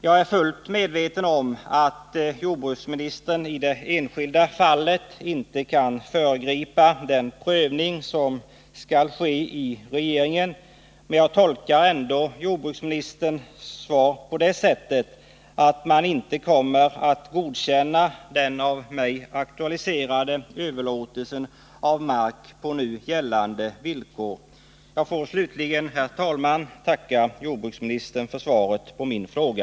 Jag är fullt medveten om att jordbruksministern i det enskilda fallet inte kan föregripa den prövning som skall ske i regeringen, men jag tolkar ändå jordbruksministerns svar på det sättet att man inte kommer att godkänna den av mig aktualiserade överlåtelsen av mark på nu gällande villkor. Jag får slutligen, herr talman, tacka jordbruksministern för svaret på min fråga.